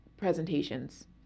presentations